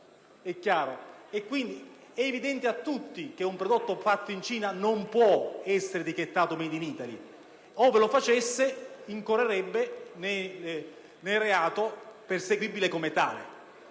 È evidente a tutti che un prodotto fatto in Cina non può essere etichettato come *made in Italy*. Ove lo facesse incorrerebbe nel reato perseguibile come tale.